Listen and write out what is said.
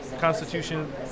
Constitution